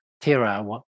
tira